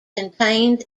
contains